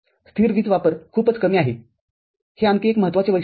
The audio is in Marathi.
स्थिर वीज वापर खूपच कमी आहे हे आणखी एक महत्त्वाची वैशिष्ट्ये आहे